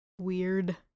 weird